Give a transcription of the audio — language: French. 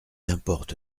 importe